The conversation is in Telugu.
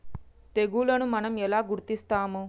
తెగులుని మనం ఎలా గుర్తిస్తాము?